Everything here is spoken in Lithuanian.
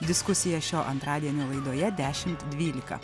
diskusija šio antradienio laidoje dešimt dvylika